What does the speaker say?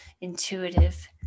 intuitive